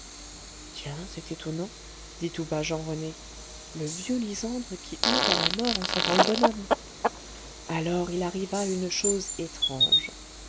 tiens c'est étonnant dit tout bas jean rené le vieux lysandre qui hurle à la mort en sentant le bonhomme alors il arriva une chose étrange